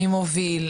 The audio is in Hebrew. מי מוביל?